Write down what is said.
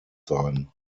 sein